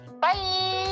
Bye